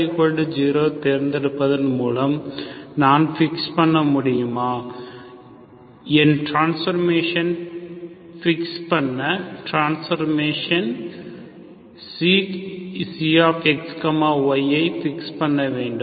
A0 தேர்ந்தெடுப்பதன் மூலம் நான் பிக்ஸ்பன்ன முடியுமா என் டிரான்ஸ்பார்மேசன் பிக்ஸ்பன்ன டிரான்ஸ்ஃபர்மேஷன் ξxy ஐ பிக்ஸ் பண்ண வேண்டும்